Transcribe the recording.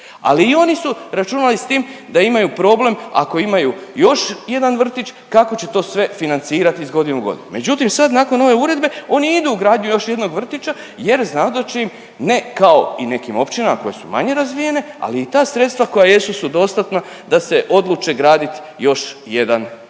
ali i oni su računali s tim da imaju problem ako imaju još jedan vrtić kako će to sve financirati iz godine u godinu. Međutim, sad nakon ove uredbe oni idu u gradnju još jednog vrtića jer znaju da će im ne kao i nekim općinama koje su manje razvijene, ali i ta sredstva koja jesu su dostatna da se odluče gradit još jedan vrtić.